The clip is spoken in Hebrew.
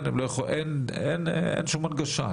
אין שום הנגשה.